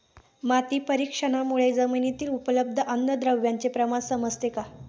माती परीक्षणामुळे जमिनीतील उपलब्ध अन्नद्रव्यांचे प्रमाण समजते का?